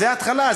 זו התחלה.